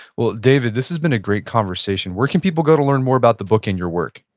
well, david, this has been a great conversation. where can people go to learn more about the book and your work?